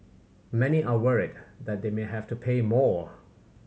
many are worried that they may have to pay more